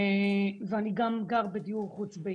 ואני גם גר בדיור חוץ ביתי.